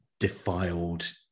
Defiled